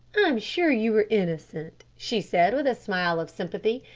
i'm sure you were innocent, she said with a smile of sympathy,